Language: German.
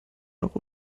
noch